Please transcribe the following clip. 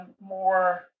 more